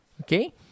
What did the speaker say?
Okay